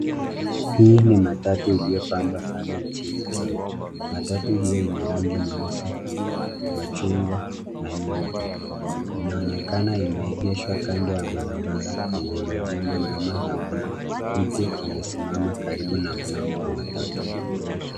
Hii ni matatu iliyopambwa sana nchini Kenya. Matatu hiyo ina rangi nyeusi, machungwa na nyeupe. Inaonekana imeegeshwa kando ya barabara yenye majengo nyuma na kuna mtu amesimama karibu na mlango wa matatu.